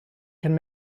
can